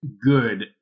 good